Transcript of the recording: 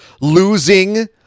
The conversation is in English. losing